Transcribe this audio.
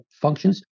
functions